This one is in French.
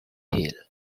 hill